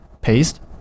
paste